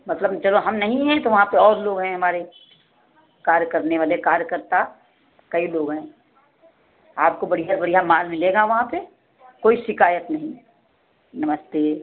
मतलब चलो हम नहीं हैं तो वहाँ पर और लोग हैं हमारे कार्य करने वाले कार्यकर्ता कई लोग हैं आपको बढ़िया बढ़िया माल मिलेगा वहाँ पर कोई शिकायत नहीं नमस्ते